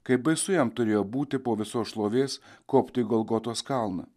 kaip baisu jam turėjo būti po visos šlovės kopti į golgotos kalną